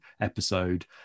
episode